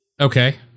Okay